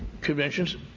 conventions